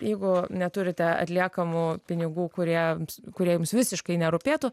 jeigu neturite atliekamų pinigų kurie jums kuriems visiškai nerūpėtų